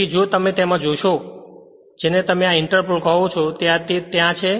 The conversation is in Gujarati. તેથી જો તમે તેમાં જોશો તો જેને તમે આ ઇન્ટરપોલ કહો છો તે ત્યાં છે